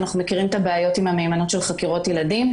אנחנו מכירים את הבעיות עם המהימנות של חקירות ילדים,